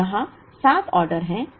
तो यहां 7 ऑर्डर हैं